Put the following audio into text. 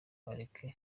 areke